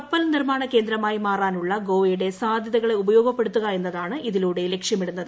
കപ്പൽ നിർമ്മാണ കേന്ദ്രമായി മാറാനുള്ള ഗോവയുടെ സാധ്യതകളെ ഉപയോഗപ്പെടുത്തുക എന്നതാണ് ഇതിലൂടെ ലക്ഷ്യമിടുന്നത്